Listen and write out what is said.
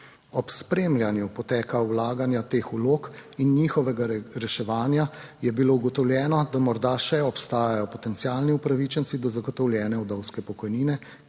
Ob spremljanju poteka vlaganja teh vlog in njihovega reševanja je bilo ugotovljeno, da morda še obstajajo potencialni upravičenci do zagotovljene vdovske pokojnine,